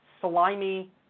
slimy